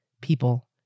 people